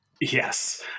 Yes